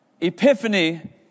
Epiphany